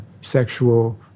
sexual